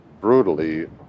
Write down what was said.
brutally